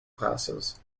classes